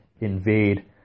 invade